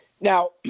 now